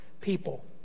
people